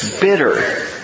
bitter